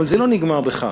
אבל זה לא נגמר בכך.